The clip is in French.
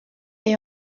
est